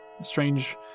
Strange